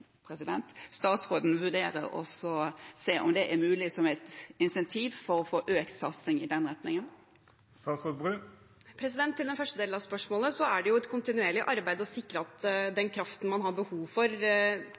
statsråden vurdere å se på om det er mulig som et insentiv for å få økt satsing i den retningen? Til den første delen av spørsmålet: Det er et kontinuerlig arbeid å sikre at den kraften man har behov for